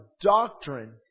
doctrine